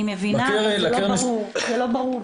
אני מבינה אבל זה לא ברור בכלל.